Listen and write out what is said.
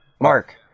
Mark